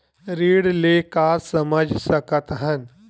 ऋण ले का समझ सकत हन?